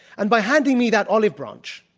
and by handing me that olive branch,